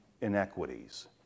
inequities